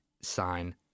sign